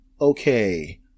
okay